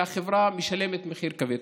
והחברה משלמת מחיר כבד.